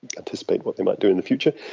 anticipate what they might do in the future.